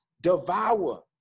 devour